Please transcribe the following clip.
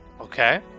Okay